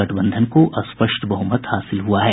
गठबंधन को स्पष्ट बहुमत हासिल हुआ है